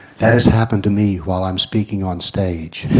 that has happened to me while i'm speaking on stage.